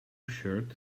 shirt